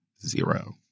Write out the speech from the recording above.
zero